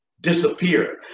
disappear